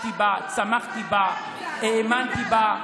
גדלתי בה, צמחתי בה, האמנתי בה,